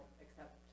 accept